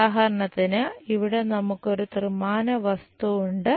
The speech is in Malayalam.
ഉദാഹരണത്തിന് ഇവിടെ നമുക്ക് ഒരു ത്രിമാന വസ്തു ഉണ്ട്